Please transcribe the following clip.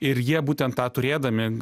ir jie būtent tą turėdami